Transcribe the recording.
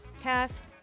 cast